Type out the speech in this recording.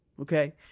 okay